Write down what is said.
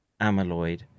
amyloid